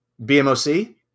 Bmoc